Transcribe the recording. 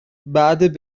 بعد